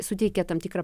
suteikia tam tikrą